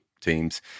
teams